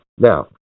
Now